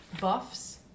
buffs